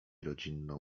rodzinną